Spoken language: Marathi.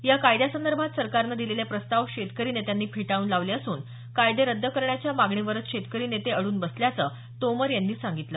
या कायद्यासंदर्भात सरकारनं दिलेले प्रस्ताव शेतकरी नेत्यांनी फेटाळून लावले असून कायदे रद्द करण्याच्या मागणीवरच शेतकरी नेते अडून बसल्याचं तोमर यांनी सांगितलं